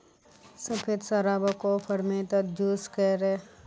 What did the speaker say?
सफ़ेद शराबोक को फेर्मेंतेद जूस से तैयार करेह निक्लाल जाहा